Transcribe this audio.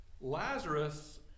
Lazarus